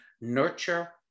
nurture